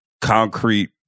concrete